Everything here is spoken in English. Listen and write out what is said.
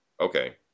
okay